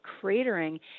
cratering